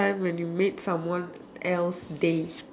time when you made someone else day